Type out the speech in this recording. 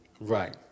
right